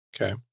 Okay